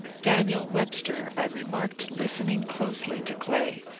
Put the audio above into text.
daniel webster i remarked listening closely to clay,